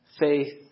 Faith